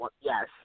Yes